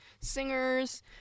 singers